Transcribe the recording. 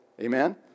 Amen